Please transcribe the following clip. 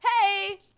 Hey